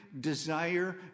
desire